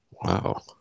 Wow